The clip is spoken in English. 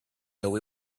know